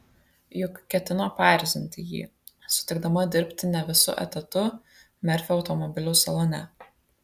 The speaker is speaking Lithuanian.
juk ketino paerzinti jį sutikdama dirbti ne visu etatu merfio automobilių salone